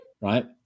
Right